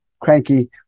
cranky